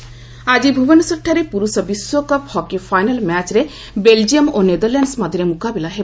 hockey ଆକି ଭୁବନେଶ୍ୱରଠାରେ ପୁରୁଷ ବିଶ୍ୱକପ୍ ହକି ଫାଇନାଲ୍ ମ୍ୟାଚ୍ରେ ବେଲ୍ଜିୟମ୍ ଓ ନେଦରଲ୍ୟାଣ୍ଡସ୍ ମଧ୍ୟରେ ମୁକାବିଲା ହେବ